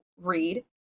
read